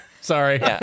sorry